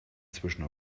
zwischen